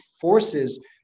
forces